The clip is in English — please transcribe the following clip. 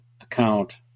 account